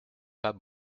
pas